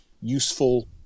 useful